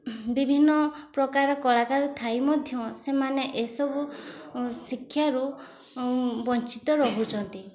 ବିଭିନ୍ନପ୍ରକାର କଳାକାର ଥାଇ ମଧ୍ୟ ସେମାନେ ଏସବୁ ଶିକ୍ଷାରୁ ବଞ୍ଚିତ ରହୁଛନ୍ତି